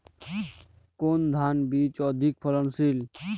কোন ধান বীজ অধিক ফলনশীল?